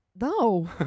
No